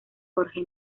jorge